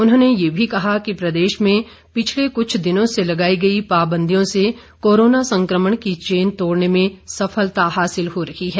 उन्होंने ये भी कहा कि प्रदेश में पिछले कुछ दिनों से लगाई गई पाबंदियों से कोरोना संक्रमण की चेन तोड़ने में सफलता हासिल हो रही है